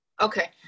okay